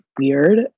weird